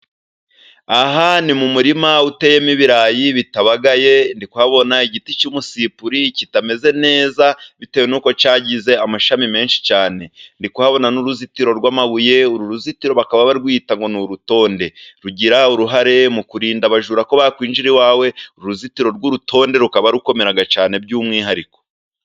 Aha ni mu murima uteyemo ibirayi bitabagaye. Ndi kuhabona igiti cy’umusipuri kitameze neza, bitewe n’uko cyagize amashami menshi cyane. Ndi kuhabona n’uruzitiro rw’amabuye. Uru ruzitiro bakaba barwita ngo ni urutonde, rugira uruhare mu kurinda abajura ko bakwinjira iwawe. Uruzitiro rw’urutonde rukaba rukomera cyane, by’umwihariko.